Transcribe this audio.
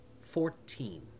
fourteen